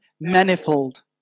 manifold